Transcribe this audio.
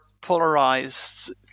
polarized